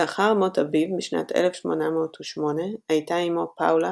לאחר מות אביו בשנת 1888 הייתה אימו פאולה,